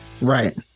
Right